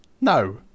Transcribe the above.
No